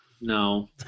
No